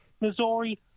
Missouri